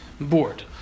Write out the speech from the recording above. board